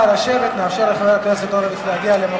ההצעה להסיר מסדר-היום את הצעת חוק הרבנות הראשית לישראל (תיקון,